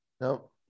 Nope